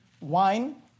wine